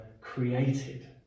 created